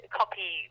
copy